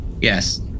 Yes